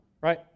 Right